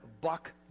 buck